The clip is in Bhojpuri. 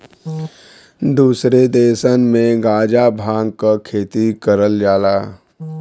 दुसरे देसन में गांजा भांग क खेती करल जाला